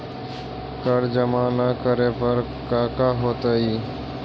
कर जमा ना करे पर कका होतइ?